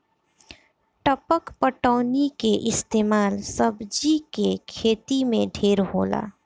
टपक पटौनी के इस्तमाल सब्जी के खेती मे ढेर होला